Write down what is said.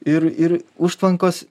ir ir užtvankos